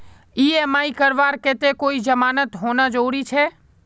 EMI करवार केते कोई जमानत होना जरूरी छे?